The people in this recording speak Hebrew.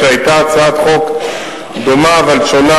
שהיתה הצעת חוק דומה אבל שונה,